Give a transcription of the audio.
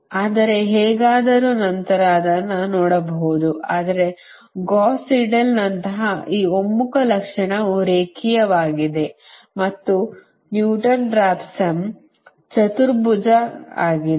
ಆದರೆ ಹೇಗಾದರೂ ನಂತರ ಅದನ್ನು ನೋಡಬಹುದು ಆದರೆ ಗೌಸ್ ಸೀಡೆಲ್ ನಂತಹ ಈ ಒಮ್ಮುಖ ಲಕ್ಷಣವು ರೇಖೀಯವಾಗಿದೆ ಮತ್ತು ನ್ಯೂಟನ್ ರಾಫ್ಸನ್ ಚತುರ್ಭುಜ ಆಗಿದೆ